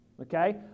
okay